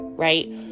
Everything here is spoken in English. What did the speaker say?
right